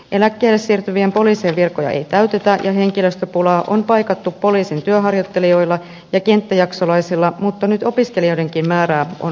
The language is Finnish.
eläkkeelle siirtyvien poliisien virkoja ei täytetä ja henkilöstöpulaa on paikattu poliisin työharjoittelijoilla ja kenttäjaksolaisilla mutta nyt opiskelijoidenkin määrää on vähennetty